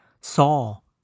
Saul